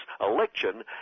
election